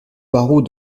barreau